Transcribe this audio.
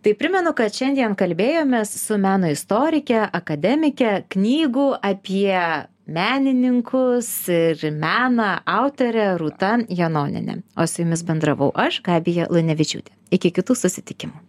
tai primenu kad šiandien kalbėjomės su meno istorike akademike knygų apie menininkus ir meną autore rūta janoniene o su jumis bendravau aš gabija lunevičiūtė iki kitų susitikimų